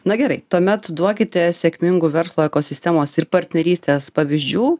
na gerai tuomet duokite sėkmingų verslo ekosistemos ir partnerystės pavyzdžių